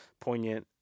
poignant